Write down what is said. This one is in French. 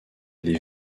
les